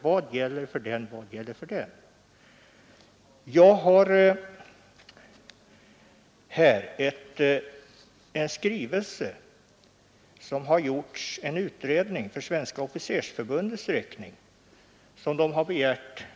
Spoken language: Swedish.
Jag har i min hand en utredning som gjorts om dessa frågor för Svenska officersförbundets räkning.